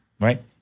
right